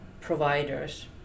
providers